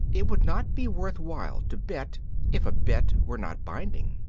it would not be worth while to bet if a bet were not binding.